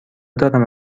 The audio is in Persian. دارم